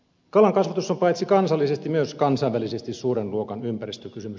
kalankasvatus on paitsi kansallisesti myös kansainvälisesti suuren luokan ympäristökysymys